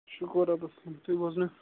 شُکُر رۄبَس کُن تُہۍ بوزنٲیِو